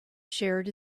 shared